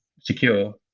secure